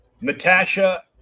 Natasha